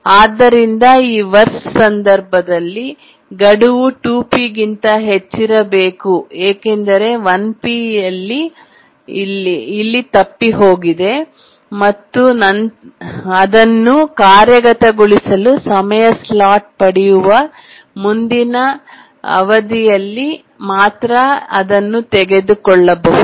ಆದ್ದರಿಂದ ಈ ಕೆಟ್ಟ ವರ್ಸ್ಟ್ ಸಂದರ್ಭದಲ್ಲಿ ಗಡುವು 2P ಗಿಂತ ಹೆಚ್ಚಿರಬೇಕು ಏಕೆಂದರೆ 1P ಇಲ್ಲಿ ತಪ್ಪಿಹೋಗಿದೆ ಮತ್ತು ನಂತರ ಅದನ್ನು ಕಾರ್ಯಗತಗೊಳಿಸಲು ಸಮಯ ಸ್ಲಾಟ್ ಪಡೆಯುವ ಮುಂದಿನ ಅವಧಿಯಲ್ಲಿ ಮಾತ್ರ ಅದನ್ನು ತೆಗೆದುಕೊಳ್ಳಬಹುದು